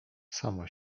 samo